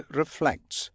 reflects